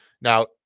Now